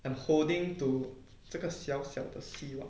I'm holding to 这个小小的希望